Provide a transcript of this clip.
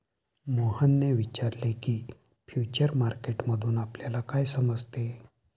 मोहनने विचारले की, फ्युचर मार्केट मधून आपल्याला काय समजतं?